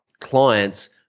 clients